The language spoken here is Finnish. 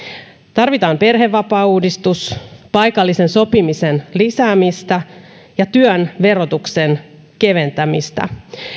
tarvitaan perhevapaauudistus paikallisen sopimisen lisäämistä ja työn verotuksen keventämistä